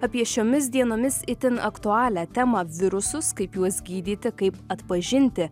apie šiomis dienomis itin aktualią temą virusus kaip juos gydyti kaip atpažinti